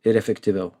ir efektyviau